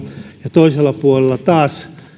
ja toisella puolella taas